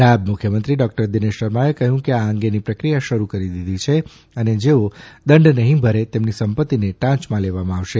નાયબ મુખ્યમંત્રી ડોક્ટર દિનેશ શર્માએ કહ્યું કે આ અંગેની પ્રક્રિયા શરૂ કરી દીધી છે અને જેઓ દંડ નહીં ભરે તેમની સંપત્તિને ટાંચમાં લેવામાં આવશે